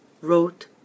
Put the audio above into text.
wrote